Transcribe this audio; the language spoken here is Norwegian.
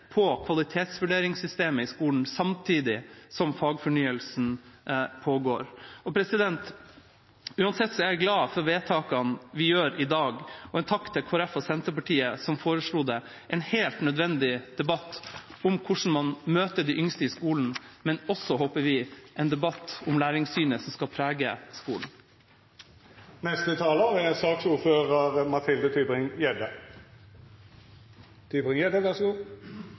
på kvalitetsvurderingssystemet i skolen, samtidig som fagfornyelsen pågår. Uansett er jeg glad for vedtakene vi gjør i dag, og jeg vil gi en takk til Kristelig Folkeparti og Senterpartiet som foreslo det. Det er en helt nødvendig debatt om hvordan man møter de yngste i skolen, men også – håper vi – en debatt om læringssynet som skal prege skolen. Jeg er